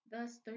Thus